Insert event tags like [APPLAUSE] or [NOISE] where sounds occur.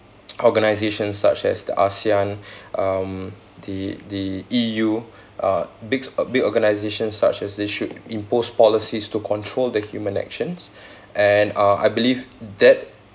organisations such as the asean um the the E_U uh bigs uh big organisations such as they should impose policies to control the human actions [BREATH] and uh I believe that